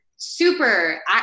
super